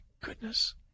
goodness